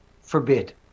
forbid